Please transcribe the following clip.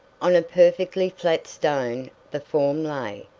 on a perfectly flat stone the form lay.